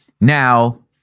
Now